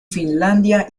finlandia